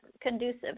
conducive